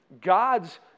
God's